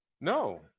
No